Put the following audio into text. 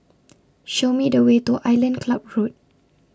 Show Me The Way to Island Club Road